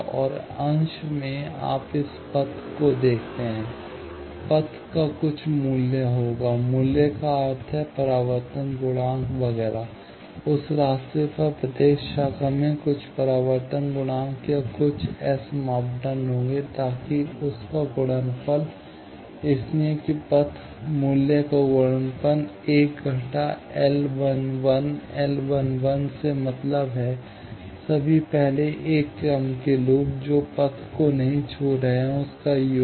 और अंश में आप इस पथ को देखते हैं पथ का कुछ मूल्य होगा मूल्य का अर्थ है परावर्तन गुणांक वगैरह उस रास्ते पर प्रत्येक शाखा में कुछ परावर्तन गुणांक या कुछ एस मापदंड होंगे ताकि उस का गुणनफल इसलिए कि पथ मूल्य का गुणनफल 1 घटा L L से मतलब है सभी पहले 1 क्रम के लूप जो पथ को नहीं छू रहे हैं उस का योग